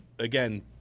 again